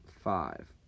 five